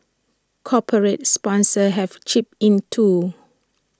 corporate sponsors have chipped in too